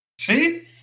See